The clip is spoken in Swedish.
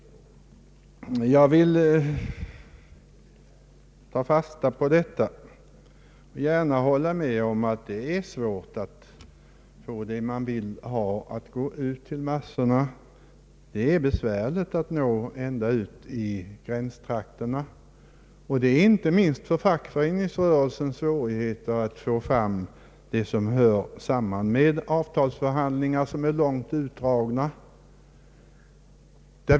Jag vill ta fasta på detta och gärna hålla med om att det är svårt att föra ut det man vill till människorna. Det är besvärligt att nå ända ut i våra gränstakter. Inte minst är det svårt för fackföreningsrörelsen att få fram allt det som hör samman med avtalsförhandlingar som är långt utdragna.